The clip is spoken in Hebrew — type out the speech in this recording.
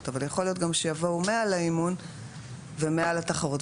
אבל יכול להיות גם שיבואו 100 לאימון ו-100 לתחרות,